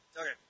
Okay